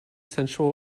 sensual